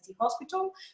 hospital